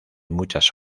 muchas